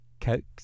Cokes